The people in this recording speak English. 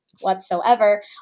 whatsoever